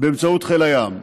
באמצעות חיל הים.